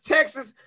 Texas